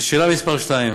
לשאלה מס' 2: